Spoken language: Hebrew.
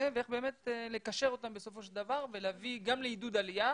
ואיך באמת לקשר אותם בסופו של דבר ולהביא גם לעידוד עלייה